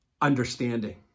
understanding